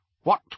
What